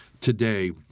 today